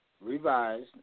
revised